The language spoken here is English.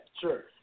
Sure